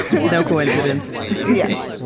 it's no coincidence yeah